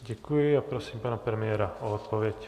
Děkuji a prosím pana premiéra o odpověď.